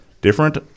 different